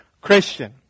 Christian